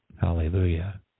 Hallelujah